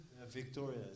Victoria